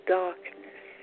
darkness